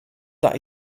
that